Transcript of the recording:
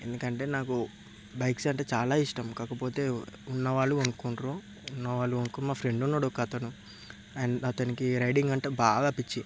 ఎందుకంటే నాకు బైక్స్ అంటే చాలా ఇష్టం కాకపోతే ఉన్నవాళ్లు కొనుక్కుంటారు ఉన్నవాళ్లు కొనుక్కొని మా ఫ్రెండ్ ఉన్నాడు ఒక అతను అండ్ అతనికి రైడింగ్ అంటే బాగా పిచ్చి